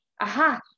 aha